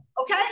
okay